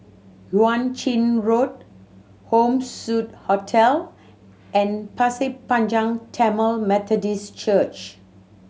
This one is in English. Yuan Ching Road Home Suite Hotel and Pasir Panjang Tamil Methodist Church